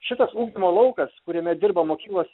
šitas ugdymo laukas kuriame dirba mokyklos